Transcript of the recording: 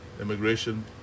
Immigration